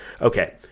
Okay